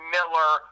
Miller